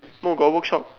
no got workshop